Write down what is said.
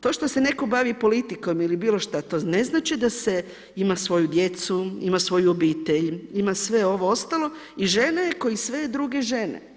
To što se netko bavi politikom ili bilo šta, to ne znači da se ima svoju djecu, ima svoju obitelj, ima sve ovo ostalo i žena je ko i sve druge žene.